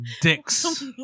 Dicks